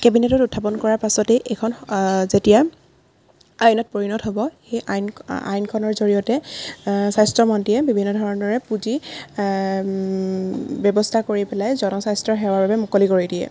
কেবিনেটত উৎথাপন কৰাৰ পাছতে এইখন যেতিয়া আইনত পৰিণত হ'ব সেই আইন আইনখনৰ জৰিয়তে স্বাস্থ্যমন্ত্ৰীয়ে বিভিন্ন ধৰণৰ পুঁজি ব্যৱস্থা কৰি পেলাই জনস্বাস্থ্য সেৱাৰ বাবে মুকলি কৰি দিয়ে